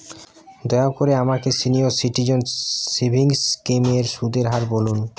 দয়া করে আমাকে সিনিয়র সিটিজেন সেভিংস স্কিমের সুদের হার বলুন